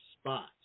spot